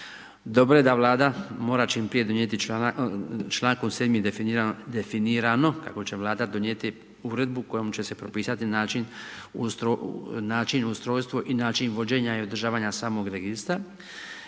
Dobro je da Vlada čim prije mora donijeti člankom 7. definirano kako će Vlada donijeti uredbu kojom će se propisati način ustrojstvo i način vođenja i održavanja samom registra